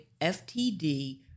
FTD